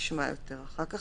נשמע יותר אחר כך.